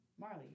Marley